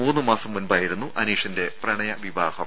മൂന്നുമാസം മുൻപായിരുന്നു അനീഷിന്റെ പ്രണയവിവാഹം